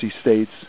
states